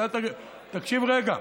תקשיב רגע,